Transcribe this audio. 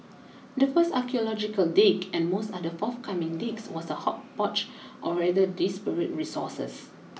the first archaeological dig and most other forthcoming digs was a hodgepodge of rather disparate resources